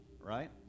right